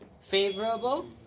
favorable